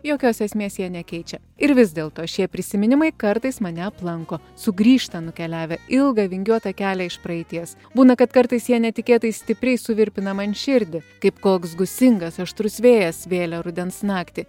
jokios esmės jie nekeičia ir vis dėlto šie prisiminimai kartais mane aplanko sugrįžta nukeliavę ilgą vingiuotą kelią iš praeities būna kad kartais jie netikėtai stipriai suvirpina man širdį kaip koks gūsingas aštrus vėjas vėlią rudens naktį